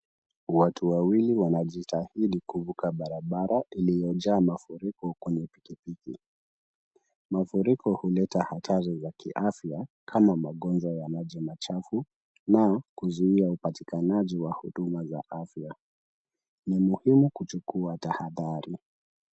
Watu wawili wanajitahidi kuvuka barabara iliyojaa mafuriko, kwenye pikipiki. Mafuriko huleta hatari za kiafya, kama magonjwa ya maji machafu na kuzuia upatikanaji wa huduma za afya. Ni muhimu kuchukua tahadhari.